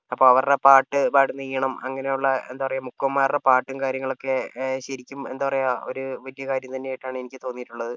അപ്പോൾ അവരുടെ പാട്ട് പാടുന്ന ഈണം അങ്ങനെയുള്ള എന്താ പറയുക മുക്കുവന്മാരുടെ പാട്ടും കാര്യങ്ങളൊക്കെ ശരിക്കും എന്താ പറയുക ഒരു വലിയ കാര്യം തന്നെയായിട്ടാണ് എനിക്ക് തോന്നിയിട്ടുള്ളത്